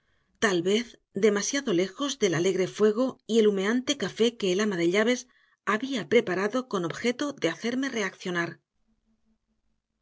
tal vez demasiado lejos del alegre fuego y el humeante café que el ama de llaves había preparado con objeto de hacerme reaccionar